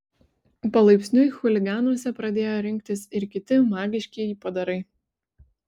palaipsniui chuliganuose pradėjo rinktis ir kiti magiškieji padarai